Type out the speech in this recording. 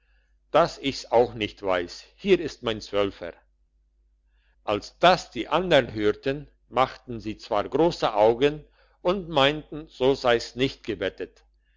dass ich's auch nicht weiss hier ist mein zwölfer als das die andern hörten machten sie zwar grosse augen und meinten so sei's nicht gewettet